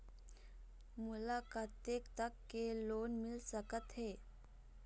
मोला कतेक तक के लोन मिल सकत हे?